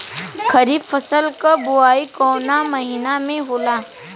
खरीफ फसल क बुवाई कौन महीना में होला?